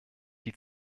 die